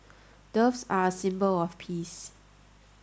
doves are a symbol of peace